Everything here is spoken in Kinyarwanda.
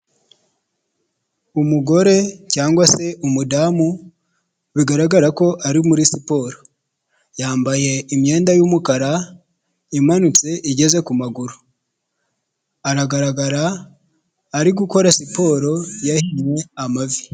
Umugore cyangwa se umudamu bigaragara ko ari muri siporo, yambaye imyenda y'umukara, imanutse igeze ku maguru, aragaragara ari gukora siporo yahinye amavi.